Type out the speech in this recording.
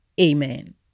amen